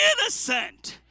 innocent